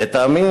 לטעמי,